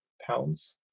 pounds